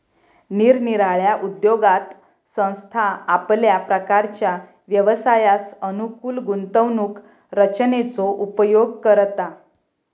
निरनिराळ्या उद्योगात संस्था आपल्या प्रकारच्या व्यवसायास अनुकूल गुंतवणूक रचनेचो उपयोग करता